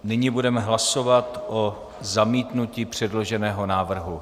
Nyní budeme hlasovat o zamítnutí předloženého návrhu.